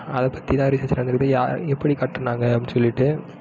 அதை பற்றி தான் ரிசர்ச் நடந்துட்ருக்குது யார் எப்படி கட்டினாங்க அப்படி சொல்லிட்டு